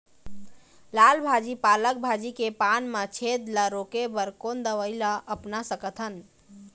लाल भाजी पालक भाजी के पान मा छेद ला रोके बर कोन दवई ला अपना सकथन?